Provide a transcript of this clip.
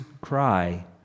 cry